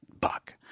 buck